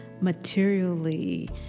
materially